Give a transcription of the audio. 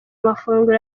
amafunguro